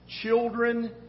Children